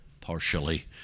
partially